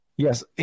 Yes